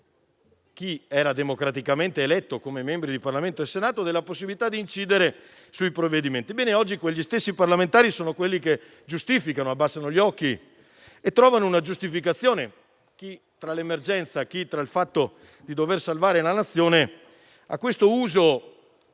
chi era democraticamente eletto come membro del Parlamento della possibilità di incidere sui provvedimenti. Ebbene, oggi quegli stessi parlamentari sono quelli che abbassano gli occhi e trovano una giustificazione - chi richiamando l'emergenza, chi il fatto di dover salvare la Nazione - a questo